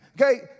Okay